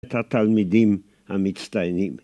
‫את התלמידים המצטיינים.